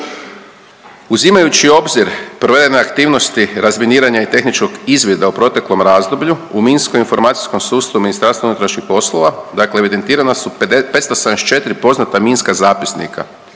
Uzimajući u obzir provedene aktivnosti razminiranja i tehničkog izvida u proteklom razdoblju, u minsko-informacijskom sustavu Ministarstva unutrašnjih poslova, dakle evidentirana su 574 poznata minska zapisnika